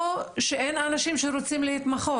או שאין אנשים שרוצים להתמחות?